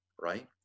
right